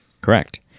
Correct